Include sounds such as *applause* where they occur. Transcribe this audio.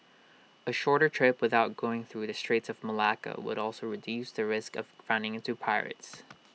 A shorter trip without going through the straits of Malacca would also reduce the risk of running into pirates *noise*